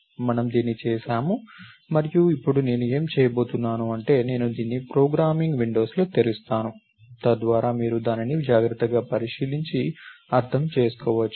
మనము దీన్ని చేస్తాము మరియు ఇప్పుడు నేను ఏమి చేయబోతున్నాను అంటే నేను దానిని ప్రోగ్రామింగ్ విండోస్లో తెరుస్తాను తద్వారా మీరు దానిని జాగ్రత్తగా పరిశీలించి అర్థం చేసుకోవచ్చు